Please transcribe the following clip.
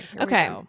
Okay